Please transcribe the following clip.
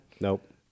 Nope